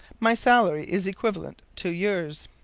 my salary is equivalent to yours.